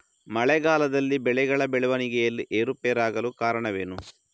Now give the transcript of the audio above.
ಮಳೆಗಾಲದಲ್ಲಿ ಬೆಳೆಗಳ ಬೆಳವಣಿಗೆಯಲ್ಲಿ ಏರುಪೇರಾಗಲು ಕಾರಣವೇನು?